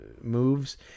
moves